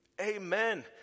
Amen